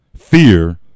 fear